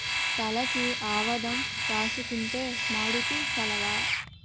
తలకి ఆవదం రాసుకుంతే మాడుకు సలవ